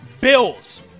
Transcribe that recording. Bills